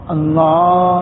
Allah